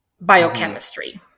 biochemistry